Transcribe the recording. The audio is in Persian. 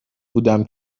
بودم